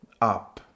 up